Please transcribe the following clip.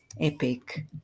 epic